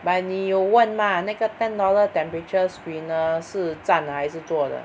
but 你有问吗那个 ten dollar temperature screener 是站的还是坐的